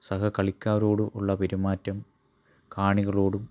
സഹകളിക്കാരോട് ഉള്ള പെരുമാറ്റം കാണികളോടും